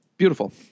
Beautiful